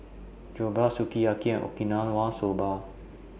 Jokbal Sukiyaki and Okinawa Soba